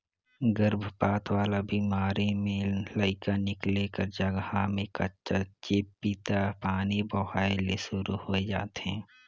गरभपात वाला बेमारी में लइका निकले कर जघा में कंचा चिपपिता पानी बोहाए ले सुरु होय जाथे